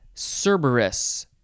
Cerberus